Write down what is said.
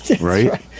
right